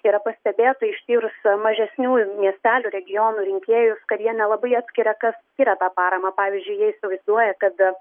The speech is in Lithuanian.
yra pastebėta ištyrus mažesniųjų miestelių regionų rinkėjus kad jie nelabai atskiria kas skiria tą paramą pavyzdžiui jie įsivaizduoja kada